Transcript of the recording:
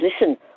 listen